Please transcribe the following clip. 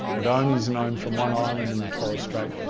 it only is known from one island in the torres strait.